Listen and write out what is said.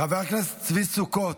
חבר הכנסת צבי סוכות,